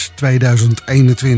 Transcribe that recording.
2021